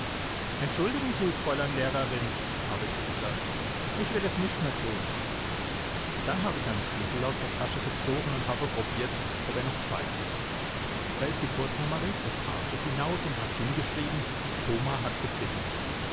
entschuldigen sie fräulein lehrerin habe ich gesagt ich will es nicht mehr tun dann habe ich einen schlüssel aus der tasche gezogen und habe probiert ob er noch pfeift da ist die furtner marie zur tafel hinaus und hat hingeschrieben thoma hat gepfiffen